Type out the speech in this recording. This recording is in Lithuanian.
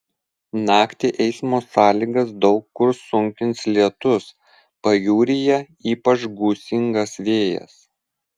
naktį eismo sąlygas daug kur sunkins lietus pajūryje ypač gūsingas vėjas